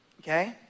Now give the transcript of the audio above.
okay